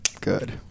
Good